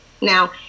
now